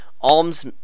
Alms